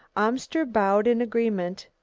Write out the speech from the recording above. amster bowed in agreement.